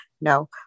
no